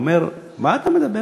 הוא אמר: מה אתה מדבר?